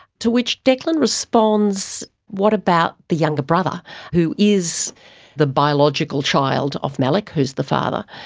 to which declan responds, what about the younger brother who is the biological child of malik who is the father,